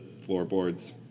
floorboards